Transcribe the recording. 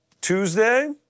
Tuesday